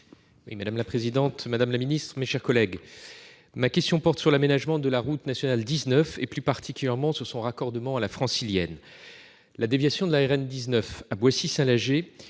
Madame la présidente, madame la ministre, mes chers collègues, ma question porte sur l'aménagement de la route nationale 19, et plus particulièrement sur son raccordement à la Francilienne. La déviation de la RN 19 à Boissy-Saint-Léger,